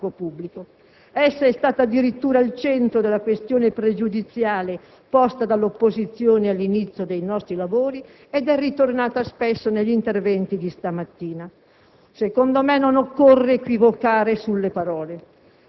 che definisce la composizione del servizio scolastico pubblico. Essa è stata addirittura al centro della questione pregiudiziale posta dall'opposizione all'inizio dei nostri lavori ed è ritornata spesso negli interventi di stamattina.